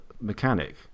mechanic